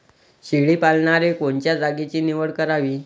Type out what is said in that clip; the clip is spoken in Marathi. शेळी पालनाले कोनच्या जागेची निवड करावी?